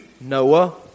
Noah